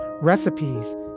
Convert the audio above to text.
recipes